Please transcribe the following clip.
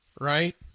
right